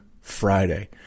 Friday